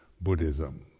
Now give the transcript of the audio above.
Buddhism